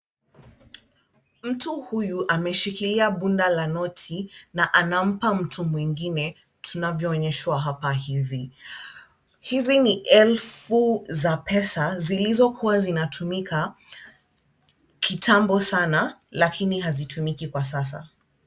Mtu huyu ameshikilia bunda la noti na anampa mtu mwingine, tunavyoonyeshwa hapa hivi. Hizi ni elfu za pesa zilizokuwa zinatumika kitambo sana lakini hazitumiki kwa sasa.